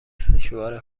سشوار